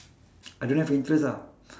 I don't have interest ah